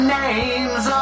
names